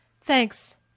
Thanks